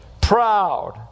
Proud